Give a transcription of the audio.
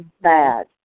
bad